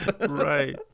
Right